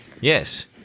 Yes